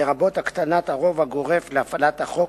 לרבות הקטנת הרוב הגורף להפעלת החוק,